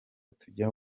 tukajya